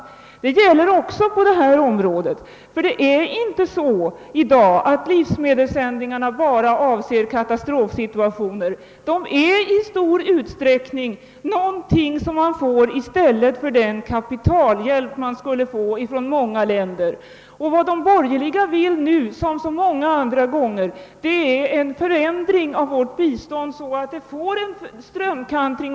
Förhållandet gäller också på detta område, ty det är inte så att livsmedelssändningarna i dag bara avser katastrofsituationer. De ersätter i stället i stor utsträckning sådan kapitalhjälp som u-länderna annars skulle få från andra länder. Vad de borgerliga nu vill ha liksom de önskat vid så många andra tillfällen är en strömkantring i vårt bistånd just i denna riktning.